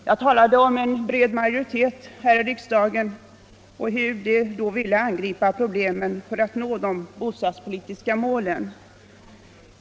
Jag har nämnt hur en bred majoritet här i riksdagen ville angripa problemen för att nå de bostadspolitiska målen.